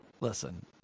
listen